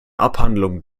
abhandlung